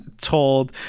told